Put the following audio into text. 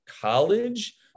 college